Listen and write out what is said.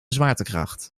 zwaartekracht